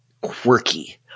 quirky